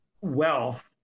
wealth